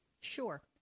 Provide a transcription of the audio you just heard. Sure